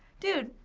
dude,